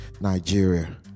Nigeria